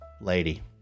lady